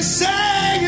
sing